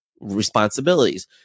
responsibilities